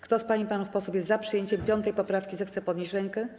Kto z pań i panów posłów jest za przyjęciem 5. poprawki, zechce podnieść rękę.